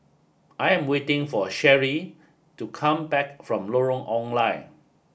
I am waiting for Sherri to come back from Lorong Ong Lye